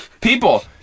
People